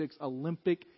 Olympic